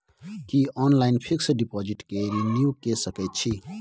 की online fix deposit के renew के सकै छी?